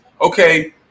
Okay